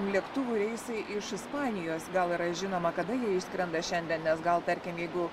lėktuvų reisai iš ispanijos gal yra žinoma kada jie išskrenda šiandien nes gal tarkim jeigu